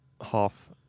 half